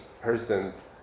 persons